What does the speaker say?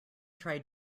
tried